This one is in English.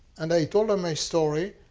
and i told her my story.